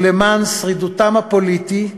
ולמען שרידותכם הפוליטית,